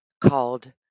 called